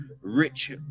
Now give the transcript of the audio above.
Rich